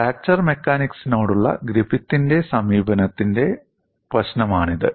fracture മെക്കാനിക്സിനോടുള്ള ഗ്രിഫിത്തിന്റെ സമീപനത്തിൽ പ്രധാനമാണിത്